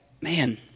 Man